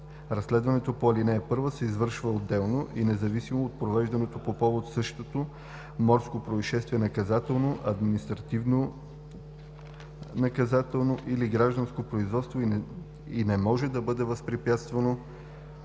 Разследването по ал. 1 се извършва отделно и независимо от провежданото по повод същото морско произшествие наказателно, административнонаказателно или гражданско производство и не може да бъде възпрепятствано,